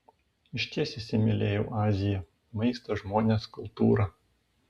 išties įsimylėjau aziją maistą žmones kultūrą